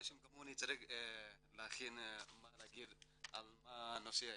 אנשים כמוני, צריך להכין מה להגיד, על מה הנושא.